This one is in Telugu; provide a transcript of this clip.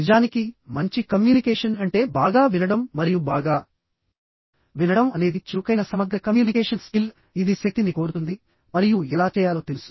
నిజానికి మంచి కమ్యూనికేషన్ అంటే బాగా వినడం మరియు బాగా వినడం అనేది చురుకైన సమగ్ర కమ్యూనికేషన్ స్కిల్ ఇది శక్తిని కోరుతుంది మరియు ఎలా చేయాలో తెలుసు